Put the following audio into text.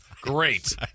Great